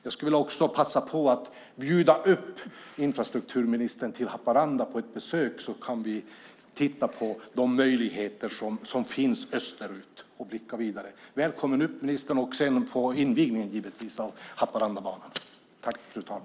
Jag skulle också vilja passa på att bjuda infrastrukturministern till Haparanda på ett besök så att vi kan titta på de möjligheter som finns österut och blicka vidare. Välkommen upp, ministern! Välkommen givetvis också till invigningen av Haparandabanan!